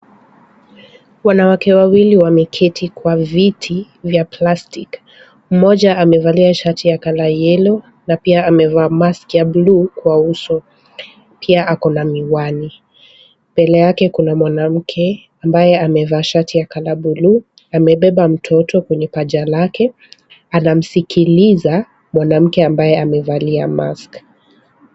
Wanawake wawili wameketi kwa viti vya plastiki. Mmoja amevalia shati ya kala yellow na pia amevaa mask ya bluu kwa uso. Pia ako na miwani. Mbele yake kuna mwanamke ambaye amevaa shati ya kala buluu, amebeba mtoto kwenye paja lake, ana msikiliza mwanamke ambaye amevalia mask .